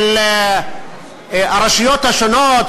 של הרשויות השונות,